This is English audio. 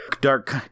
dark